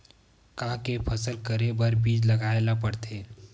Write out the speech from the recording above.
का के फसल करे बर बीज लगाए ला पड़थे?